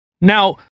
Now